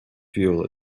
fuel